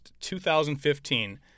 2015